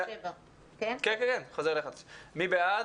מי בעד?